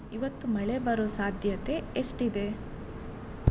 ಇವತ್ತು ಮಳೆ ಬರೊ ಸಾಧ್ಯತೆ ಎಷ್ಟಿದೆ